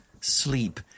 sleep